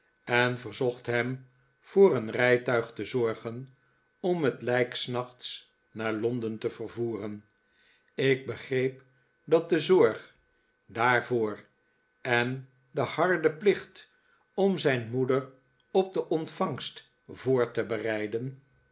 en verzocht hem voor een rijtuig te zorgen om het lijk s nachts naar londen te vervoeren ik begreep dat de zorg daarvoor en de harde plicht om zijn moeder op de ontvangst voor te bereiden